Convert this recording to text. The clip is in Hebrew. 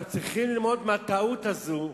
אנחנו צריכים ללמוד מהטעות הזאת,